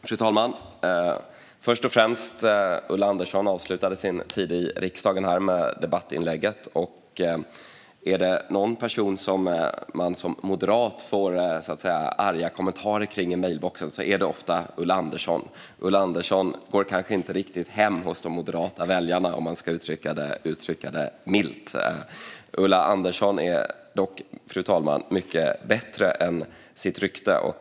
Fru talman! Först och främst: Ulla Andersson avslutade sin tid i riksdagen med detta debattinlägg. Är det någon person som man som moderat får arga kommentarer om i mejlboxen är det ofta Ulla Andersson. Ulla Andersson går kanske inte riktigt hem hos de moderata väljarna, om man ska uttrycka det milt. Fru talman! Ulla Andersson är dock mycket bättre än sitt rykte.